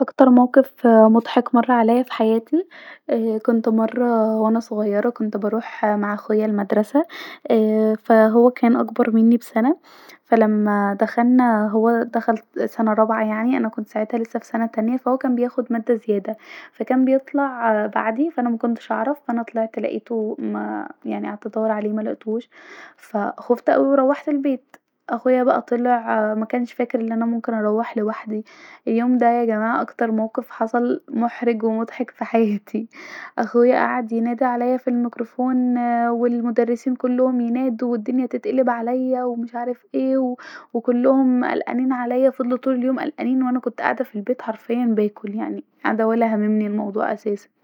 اكتر موقف مضحك مر عليا في حياتي ااا كنت مره وانا صغيره بروح مع اخويا المدرسه ااا ف هو كان اكبر مني بسنه ف لما دخلنا هو دخل سنه رابعه يعني انا كنت ساعتها لسا في سنه تانيه ف هو كان بياخد ماده زياده وكان بيطلع بعدي ف انا مكنتش اعرف وطلعت لاقيته ماا يعني قعدت ادور عليه ملقتهوش ف خوفت اوي روحت البيت اخويا بقي طلع مكنش فاكر أن انا ممكن اروح لوحدي اليوم ده يا جماعه اكتر موقف حصلي محرج ومضحك في حياتي اخويا قعد ينادي عليا في الميكرفون و المدرسين كلهم ينادوا و الدنيا تتقلب عليا ومش عارف ايه وكلهم قلقانين عليا فضول طول اليوم قلقانين وانا كنت قاعده في الدرس حرفيا باكل قاعده ولا هاممني الموضوع اساسا